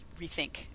rethink